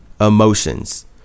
emotions